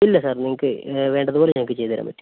ഇല്ല സാർ നിങ്ങൾക്ക് വേണ്ടതുപോലെ ഞങ്ങൾക്ക് ചെയ്ത് തരാൻ പറ്റും